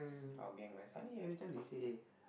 our gang right suddenly every time they say eh